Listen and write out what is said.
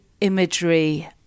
imagery